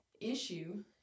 issue